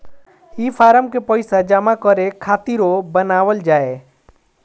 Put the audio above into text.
ई फारम के पइसा जमा करे खातिरो बनावल जाए